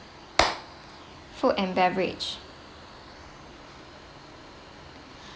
food and beverage